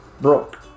broke